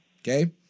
okay